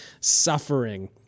suffering